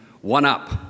one-up